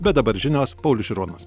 bet dabar žinios paulius šironas